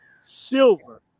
silver